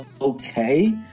okay